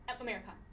america